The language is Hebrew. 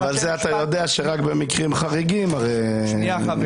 אתה יודע שרק במקרים חריגים --- אבי,